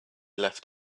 left